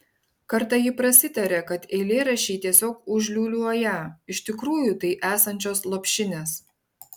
kartą ji prasitarė kad eilėraščiai tiesiog užliūliuoją iš tikrųjų tai esančios lopšinės